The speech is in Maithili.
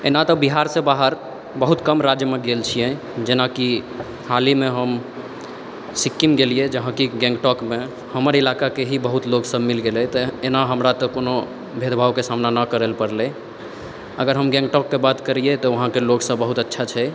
एना तऽ बिहार सऽ बाहर बहुत कम राज्यमे गेल छी हम जेना कि हालेमे हम सिक्किम गेलियै जहाँ कि गेंगटोकमे हमर इलाकाके ही बहुत लोग सब मिल गेलथि तऽ एना हमरा भेदभावके सामना नहि करय पड़लै अगर हम गेंगटोक के बात करियै तऽ वहाँके लोक सब बहुत अच्छा छै